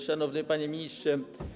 Szanowny Panie Ministrze!